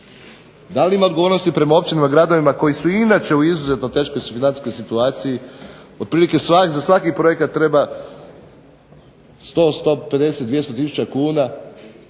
Dal' ima odgovornosti prema općinama i gradovima koji su inače u izuzetno teškoj financijskoj situaciji? Otprilike za svaki projekat treba 100, 150, 200 tisuća kuna.